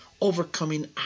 overcoming